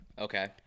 Okay